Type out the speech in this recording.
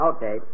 Okay